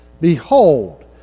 Behold